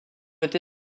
été